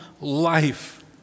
life